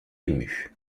ému